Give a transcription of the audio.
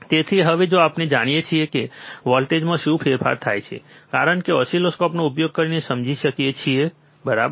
તેથી હવે જો આપણે જાણીએ કે વોલ્ટેજમાં શું ફેરફાર થાય છે કે આપણે ઓસિલોસ્કોપનો ઉપયોગ કરીને સમજી શકીએ છીએ બરાબર